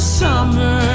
summer